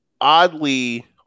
oddly